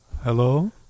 Hello